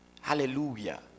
Hallelujah